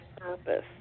purpose